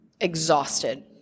exhausted